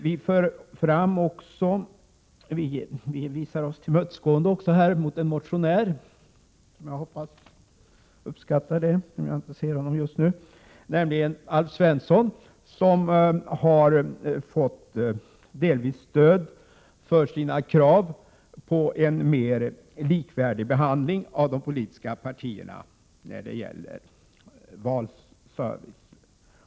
Vi är också tillmötesgående mot en motionär. Jag hoppas att han Prot. 1987/88:95 uppskattar det — jag ser honom inte just nu. Det gäller Alf Svensson, som = 7april 1988 delvis har fått stöd för sitt krav på en mer likvärdig behandling av de politiska partierna när det gäller valservice.